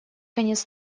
конец